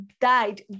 died